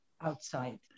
outside